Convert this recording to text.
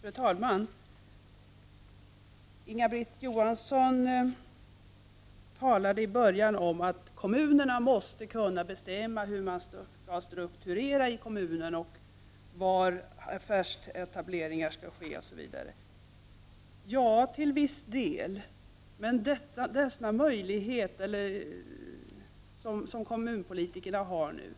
Fru talman! Inga-Britt Johansson talade i början av sitt anförande om att kommunerna måste kunna bestämma hur de skall strukturera kommunen och var affärsetableringar skall ske, osv. Ja, till viss del. Men den möjlighet som kommunpolitikerna nu